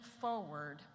forward